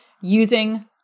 using